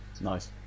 Nice